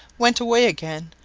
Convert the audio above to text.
went away again,